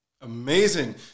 Amazing